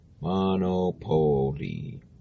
Monopoly